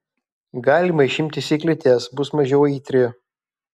galima išimti sėklytes bus mažiau aitri